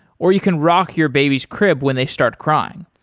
or you can rock your baby's crib when they start crying.